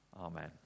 Amen